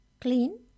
Clean